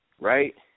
right